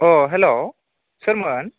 अ हेल' सोरमोन